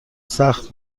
سخت